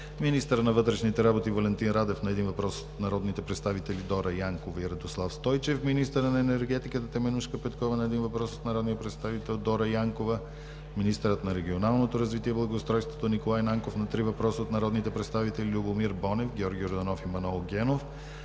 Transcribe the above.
министърът на вътрешните работи Валентин Радев – на един въпрос от народните представители Дора Янкова и Радослав Стойчев; - министърът на енергетиката Теменужка Петкова – на един въпрос от народния представител Дора Янкова; - министърът на регионалното развитие и благоустройството Николай Нанков – на три въпроса от народните представители Любомир Бонев, Георги Йорданов и Манол Генов,